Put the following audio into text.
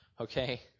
okay